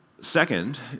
Second